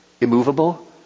immovable